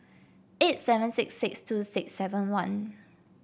eight seven six six two six seven one